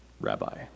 rabbi